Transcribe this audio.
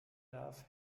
darf